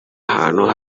hantu